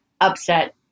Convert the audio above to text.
upset